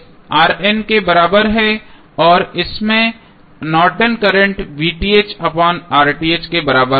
तो के बराबर है और इसमें नॉर्टन करंट Nortons current के बराबर होगा